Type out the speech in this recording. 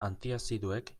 antiazidoek